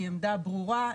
היא עמדה ברורה,